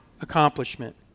accomplishment